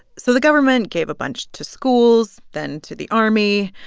so the government gave a bunch to schools, then to the army.